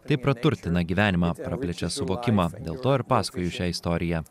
tai praturtina gyvenimą praplečia suvokimą dėl to ir pasakoju šią istoriją